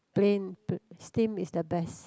plain pla~ steam is the best